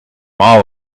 all